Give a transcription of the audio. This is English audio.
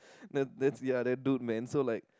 the the the ya that dude man so like